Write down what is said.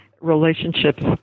relationships